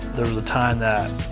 there was a time that,